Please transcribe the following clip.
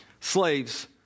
Slaves